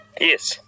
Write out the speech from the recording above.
Yes